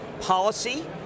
policy